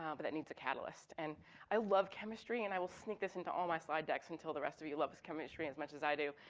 um but that needs a catalyst. and i love chemistry and i will sneak this into all my slide decks until the rest of you love this chemistry as much as i do.